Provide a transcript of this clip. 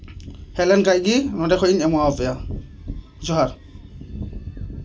ᱦᱮᱡ ᱞᱮᱱᱠᱷᱟᱱ ᱜᱮ ᱱᱚᱰᱮ ᱠᱷᱚᱱᱤᱧ ᱮᱢᱟᱣ ᱟᱯᱮᱭᱟ ᱡᱚᱦᱟᱨ